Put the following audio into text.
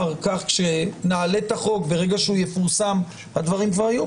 כך שנעלה את החוק ברגע שהוא יפורסם והדברים כבר יהיו,